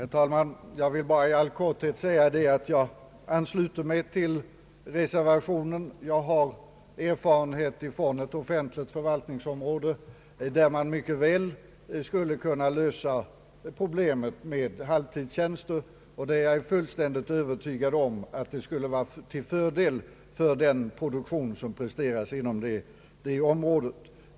Herr talman! Jag vill i all korthet säga att jag ansluter mig till reservationen. Jag har erfarenhet från ett offentligt förvaltningsområde, där vissa problem mycket väl skulle kunna lösas genom inrättandet av halvtidstjänster, och är övertygad om att en sådan ordning också skulle vara till fördel för den produktion som presteras inom det området.